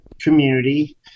community